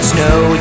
Snow